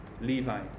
Levi